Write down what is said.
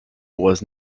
was